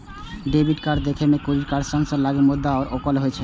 debit card देखै मे credit card सन लागै छै, मुदा ओ अलग होइ छै